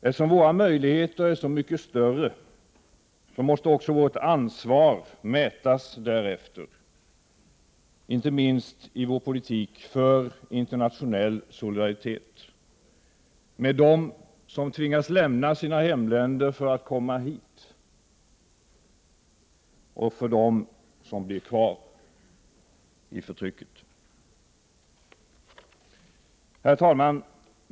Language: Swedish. Eftersom våra möjligheter är så mycket större måste också vårt ansvar mätas därefter, inte minst i vår politik för internationell solidaritet med dem som tvingas lämna sina hemländer för att komma hit och för dem som blir kvar i förtrycket. Herr talman!